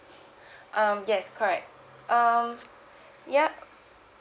um yes correct um